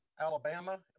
Alabama